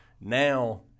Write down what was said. now